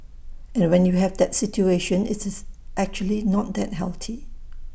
and when you have that situation it's actually not that healthy